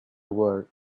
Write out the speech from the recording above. word